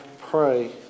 pray